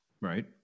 Right